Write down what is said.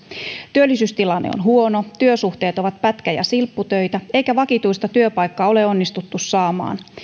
työllisyystilanne on huono työsuhteet ovat pätkä ja silpputöitä eikä vakituista työpaikkaa ole onnistuttu saamaan